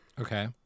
Okay